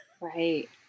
right